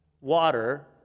water